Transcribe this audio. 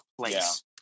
place